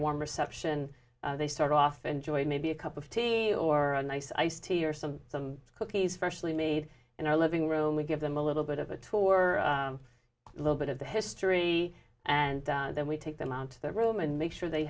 warm reception they start off enjoy it maybe a cup of tea or a nice iced tea or some some cookies freshly made in our living room we give them a little bit of a tour a little bit of the history and then we take them out to their room and make sure they